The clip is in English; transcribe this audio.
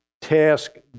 task